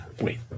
Wait